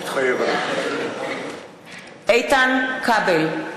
מתחייב אני איתן כבל,